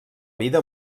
vida